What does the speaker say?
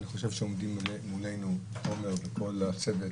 אני חושב שעומדים מולנו תומר וכל הצוות,